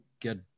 get